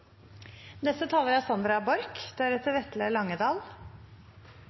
Neste taler er Geir Pollestad, deretter